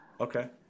Okay